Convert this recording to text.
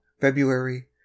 February